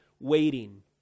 waiting